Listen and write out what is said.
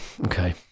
okay